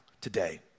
today